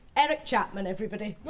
eric chapman, everybody!